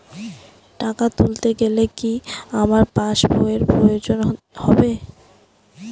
টাকা তুলতে গেলে কি আমার পাশ বইয়ের প্রয়োজন হবে?